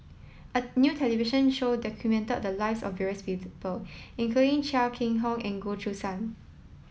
a new television show documented the lives of various people including Chia Keng Hock and Goh Choo San